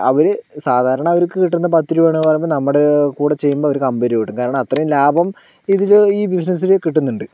അവര് സാധാരണ അവർക്ക് കിട്ടുന്ന പത്തു രൂപയെന്ന് പറയുന്നത് നമ്മുടെ കൂടെ ചെയ്യുമ്പോൾ അവർക്ക് അമ്പത് രൂപ കിട്ടും കാരണം അത്രയും ലാഭം ഇതിൽ ഈ ബിസിനസ്സിൽ കിട്ടുന്നുണ്ട്